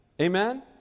Amen